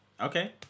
Okay